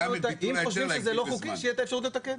אם חושבים שזה לא חוקי, שתהיה להם הזדמנות לתקן.